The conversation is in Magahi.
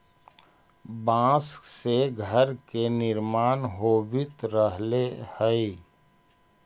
बाँस से घर के निर्माण होवित रहले हई